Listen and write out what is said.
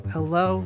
Hello